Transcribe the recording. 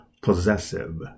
possessive